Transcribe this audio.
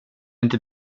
inte